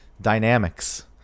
dynamics